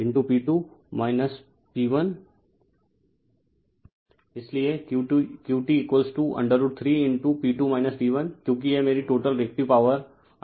इसलिए Q T √3 P2 P1 क्योंकि यह मेरी टोटल रिएक्टिव पॉवर √3 VL√sin है